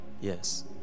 yes